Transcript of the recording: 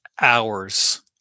hours